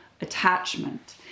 attachment